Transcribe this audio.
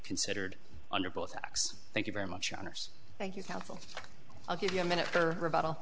considered under both tax thank you very much honors thank you counsel i'll give you a minute or reb